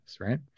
right